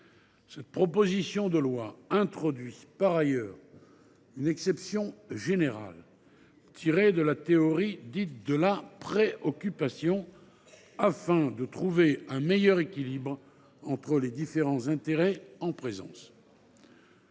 devant la loi. Le texte institue par ailleurs une exception générale tirée de la théorie dite « de la pré occupation », afin de trouver un meilleur équilibre entre les différents intérêts en présence.